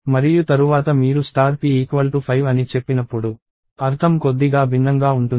మరియు తరువాత మీరు p 5 అని చెప్పినప్పుడు అర్థం కొద్దిగా భిన్నంగా ఉంటుంది